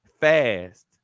fast